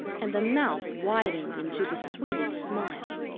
and the mouth widened into the sweetest smile.